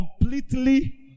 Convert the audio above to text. completely